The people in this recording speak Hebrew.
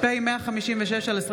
פ/156/25,